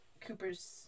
Cooper's